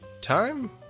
time